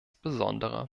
besonderer